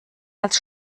als